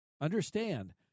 Understand